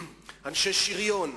אנשי שריון,